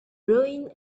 rowing